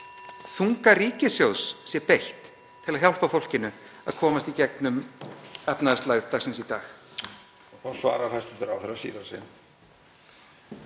þunga ríkissjóðs sé beitt til að hjálpa fólkinu að komast í gegnum efnahagslægð dagsins í dag.